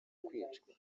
kwicwa